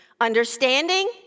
Understanding